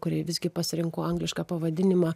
kuriai visgi pasirinkau anglišką pavadinimą